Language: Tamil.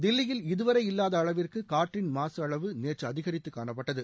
தில்லியில் இதுவரை இல்லாத அளவிற்கு காற்றின் மாசு அளவு நேற்று அதிகித்து காணப்பட்டது